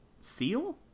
seal